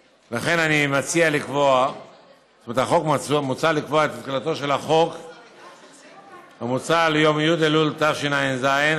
מוצע לקבוע את תחילתו של החוק המוצע ליום י' באלול התשע"ז,